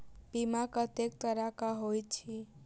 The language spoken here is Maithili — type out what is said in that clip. बीमा कत्तेक तरह कऽ होइत छी?